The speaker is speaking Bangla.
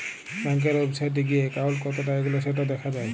ব্যাংকের ওয়েবসাইটে গিএ একাউন্ট কতটা এগল্য সেটা দ্যাখা যায়